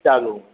चलू